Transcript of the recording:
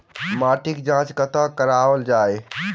माटिक जाँच कतह कराओल जाए?